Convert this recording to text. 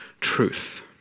truth